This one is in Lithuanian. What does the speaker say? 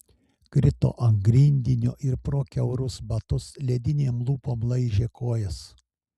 krito ant grindinio ir pro kiaurus batus ledinėm lūpom laižė kojas